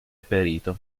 perito